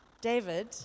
David